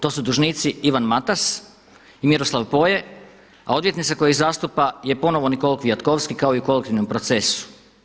To su dužnici Ivan Matas i Miroslav Poje, a odvjetnica koja ih zastupa je ponovo Nicole Kwiatkowski kao i u kolektivnom procesu.